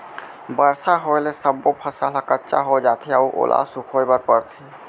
बरसा होए ले सब्बो फसल ह कच्चा हो जाथे अउ ओला सुखोए बर परथे